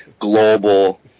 global